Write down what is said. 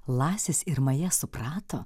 lasis ir maja suprato